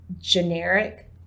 generic